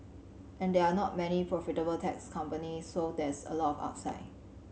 and there are not many profitable tech companies so there's a lot of upside